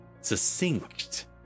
succinct